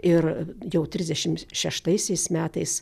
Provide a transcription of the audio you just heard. ir jau trisdešim šeštaisiais metais